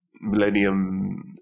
millennium